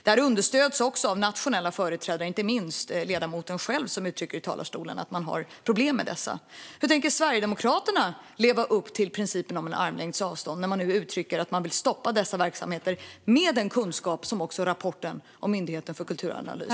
Detta understöds också av nationella företrädare, inte minst ledamoten själv, som i talarstolen uttryckt att man har problem med dessa. Hur tänker Sverigedemokraterna leva upp till principen om armlängds avstånd när man nu uttrycker att man vill stoppa dessa verksamheter, mot bakgrund av det som också framfördes i rapporten från Myndigheten för kulturanalys?